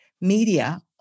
media